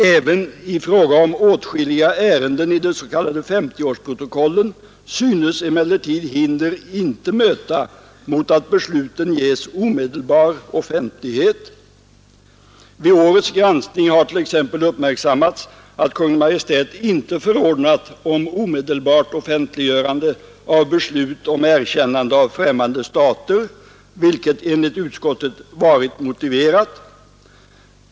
Även i fråga om åtskilliga ärenden i de s.k. femtioårsprotokollen synes emellertid hinder inte möta mot att besluten ges omedelbar offentlighet. Vid årets granskning har t.ex. uppmärksammats att Kungl. Maj:t inte förordnat om omedelbart offentliggörande av beslut om erkännande av främmande stater, vilket enligt utskottet varit motiverat.